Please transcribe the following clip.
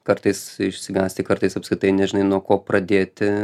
kartais išsigąsti kartais apskritai nežinai nuo ko pradėti